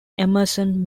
emerson